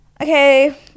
okay